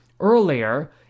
earlier